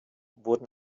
wurden